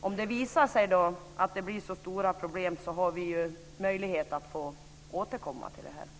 Om det visar sig bli mycket stora problem har vi möjlighet att återkomma till detta.